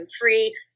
free